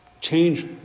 change